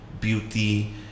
beauty